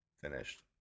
finished